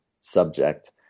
subject